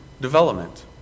development